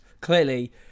clearly